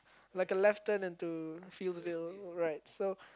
like a left turn and to Fieldsville right so